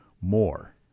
more